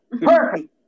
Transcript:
Perfect